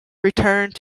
returned